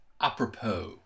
apropos